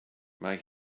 mae